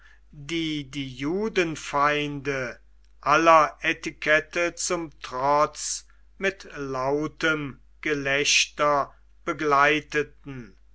die die judenfeinde aller etikette zum trotz mit lautem gelächter begleiteten